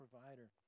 provider